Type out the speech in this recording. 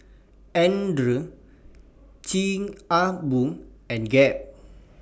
Andre Chic A Boo and Gap